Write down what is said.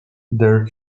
their